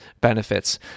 benefits